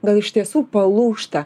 gal iš tiesų palūžta